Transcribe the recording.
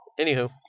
Anywho